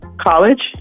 College